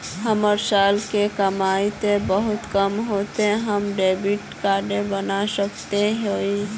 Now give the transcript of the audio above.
हमर साल के कमाई ते बहुत कम है ते हम डेबिट कार्ड बना सके हिये?